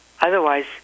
Otherwise